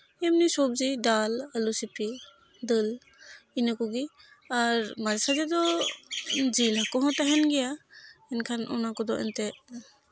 ᱮᱢᱱᱤ ᱥᱚᱵᱽᱡᱤ ᱰᱟᱞ ᱟᱹᱞᱩ ᱥᱤᱯᱤ ᱫᱟᱹᱞ ᱤᱱᱟᱹ ᱠᱚᱜᱮ ᱟᱨ ᱢᱟᱡᱮᱼᱥᱟᱡᱮ ᱨᱮᱫᱚ ᱡᱤᱞ ᱦᱟᱹᱠᱩᱦᱚᱸ ᱛᱟᱦᱮᱱ ᱜᱮᱭᱟ ᱮᱱᱠᱷᱟᱱ ᱚᱱᱟ ᱠᱚᱫᱚ ᱮᱱᱛᱮᱫ